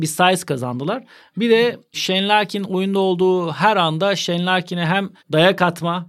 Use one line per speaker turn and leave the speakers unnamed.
bir size kazandılar. Bir de Shane Larkin oyunda olduğu her anda Shane Larkin'e hem dayak atma,